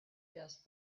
guests